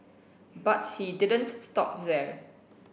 but he didn't stop there